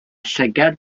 llygaid